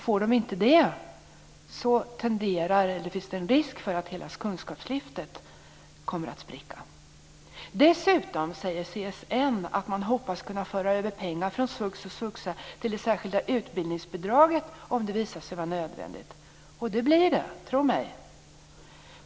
Får de inte det riskerar hela kunskapslyftet att spricka. CSN säger att man hoppas - om det visar sig nödvändigt - kunna föra över pengar från svux och svuxa till det särskilda utbildningsbidraget. Det blir det, tro mig.